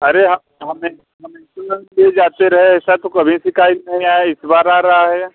अरे हम हमेशा कितनी बार ले जाते रहे हैं ऐसा तो कभी शिकायत नहीं आया इस बार आ रहा है